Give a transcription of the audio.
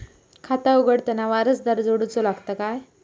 खाता उघडताना वारसदार जोडूचो लागता काय?